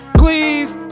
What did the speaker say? please